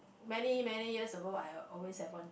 many many years ago I would always have one dream